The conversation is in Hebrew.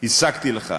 השגתי לך.